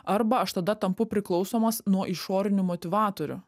arba aš tada tampu priklausomas nuo išorinių motyvatorių